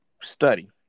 study